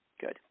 Good